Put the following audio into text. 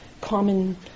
common